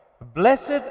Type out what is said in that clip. blessed